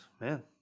man